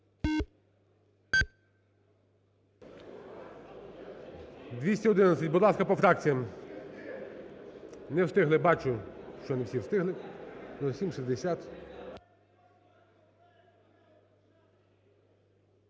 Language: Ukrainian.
За-211 Будь ласка, по фракціях. Не встигли. Бачу, що не всі встигли. (Шум